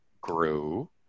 grew